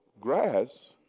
grass